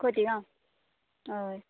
खोतीगांव हय